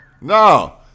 No